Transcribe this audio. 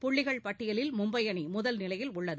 புள்ளிகள் பட்டியலில் மும்பை அணி முதல் நிலையில் உள்ளது